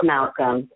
Malcolm